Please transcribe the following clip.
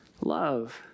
love